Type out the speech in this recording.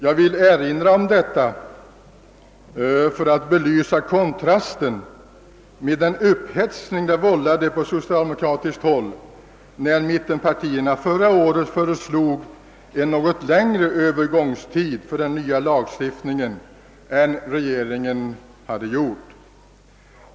Jag vill erinra om detta för att belysa kontrasten mellan det nuvarande läget och den upphetsning det vållade på socialdemokratiskt håll, när mittenpartierna förra året föreslog en något längre övergångstid för den nya lagstiftningen än regeringen gjort.